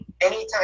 anytime